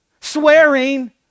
swearing